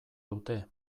dute